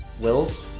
wills.